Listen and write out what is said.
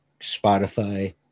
Spotify